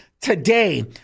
today